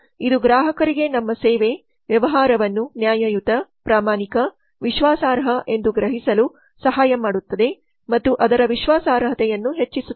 ಇದು ಗ್ರಾಹಕರಿಗೆ ನಮ್ಮ ಸೇವೆ ವ್ಯವಹಾರವನ್ನು ನ್ಯಾಯಯುತ ಪ್ರಾಮಾಣಿಕ ವಿಶ್ವಾಸಾರ್ಹ ಎಂದು ಗ್ರಹಿಸಲು ಸಹಾಯ ಮಾಡುತ್ತದೆ ಮತ್ತು ಅದರ ವಿಶ್ವಾಸಾರ್ಹತೆಯನ್ನು ಹೆಚ್ಚಿಸುತ್ತದೆ